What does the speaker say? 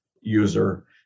user